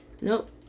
Nope